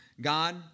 God